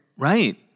right